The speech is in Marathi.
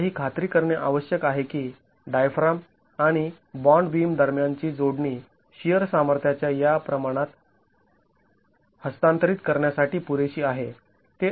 आता ही खात्री करणे आवश्यक आहे की डायफ्राम आणि बॉन्ड बीम दरम्यानची जोडणी शिअर सामर्थ्याच्या याप्रमाणात हस्तांतरित करण्यासाठी पुरेशी आहे